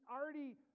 already